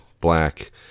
black